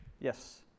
Yes